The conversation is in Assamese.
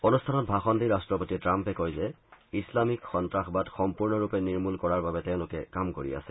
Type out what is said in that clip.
অনুষ্ঠানত ভাষণ দি ৰট্টপতি ট্ৰাম্পে কয় যে ইছলামিক সন্তাসবাদ সম্পূৰ্ণৰূপে নিৰ্মূল কৰাৰ বাবে তেওঁলোকে কাম কৰি আছে